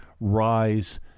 rise